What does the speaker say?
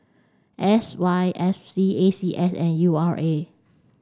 S Y F C A C S and U R A